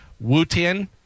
Wu-Tian